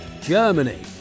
Germany